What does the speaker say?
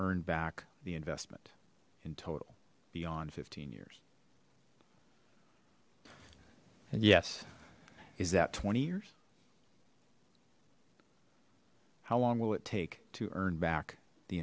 earn back the investment in total beyond fifteen years yes is that twenty years how long will it take to earn back the